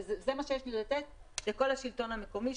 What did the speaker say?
זה מה שיש לי לתת לכל השלטון המקומי,